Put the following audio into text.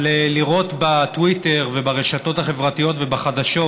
אבל לראות בטוויטר וברשתות החברתיות ובחדשות